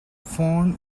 phone